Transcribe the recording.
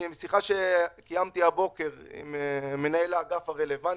משיחה שקיימתי הבוקר עם מנהל האגף הרלוונטי,